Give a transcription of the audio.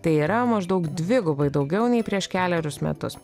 tai yra maždaug dvigubai daugiau nei prieš kelerius metus